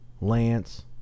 Lance